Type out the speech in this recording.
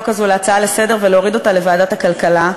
הזאת להצעה לסדר-היום ולהוריד אותה לוועדת הכלכלה,